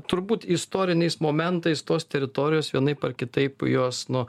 turbūt istoriniais momentais tos teritorijos vienaip ar kitaip jos nu